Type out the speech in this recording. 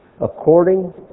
According